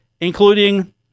including